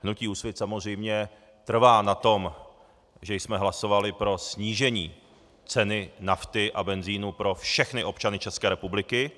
Hnutí Úsvit samozřejmě trvá na tom, že jsme hlasovali pro snížení ceny nafty a benzinu pro všechny občany České republiky.